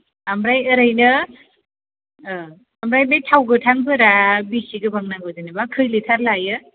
ओमफ्राय ओरैनो ओमफ्राय बे थाव गोथांफोरा बेसे गोबां नांगौ जेनेबा खै लिटार लायो